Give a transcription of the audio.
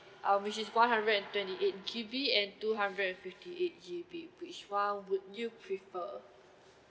uh which is one hundred and twenty eight G_B and two hundred and fifty eight G_B which one would you prefer